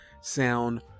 sound